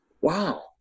wow